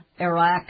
Iraq